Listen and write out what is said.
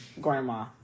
grandma